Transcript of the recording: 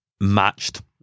matched